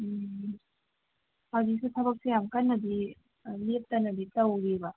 ꯎꯝ ꯑꯗꯨꯁꯨ ꯊꯕꯛꯁꯦ ꯌꯥꯝ ꯀꯟꯅꯗꯤ ꯂꯦꯞꯇꯅꯗꯤ ꯇꯧꯔꯤꯕ